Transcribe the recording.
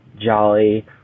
jolly